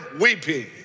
weeping